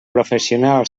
professional